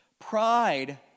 Pride